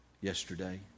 yesterday